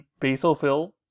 basophil